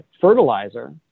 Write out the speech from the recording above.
fertilizer